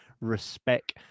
Respect